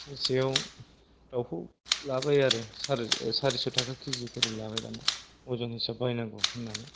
सेरसेयाव दाउखौ लाबाय आरो सारिस' थाखा केजि खरै लाबाय दाना अजन हिसाबै बायनांगौ होननानै